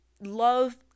love